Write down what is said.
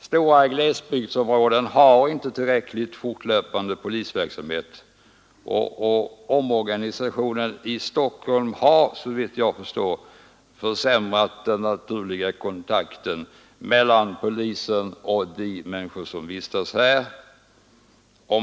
Stora glesbygdsområden har inte en tillräcklig fortlöpande polisverksamhet, och omorganisationen i Stockholm har, såvitt jag förstår, försämrat den naturliga kontakten mellan polisen och de människor som vistas här.